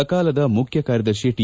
ಸರ್ಕಾರದ ಮುಖ್ಯ ಕಾರ್ಯದರ್ಶಿ ಟಿ